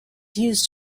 used